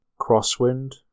crosswind